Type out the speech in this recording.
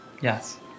Yes